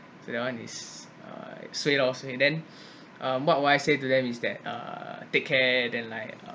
so that one is suai loh suai then uh what would I say to them is that uh take care then like uh